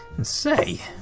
and say,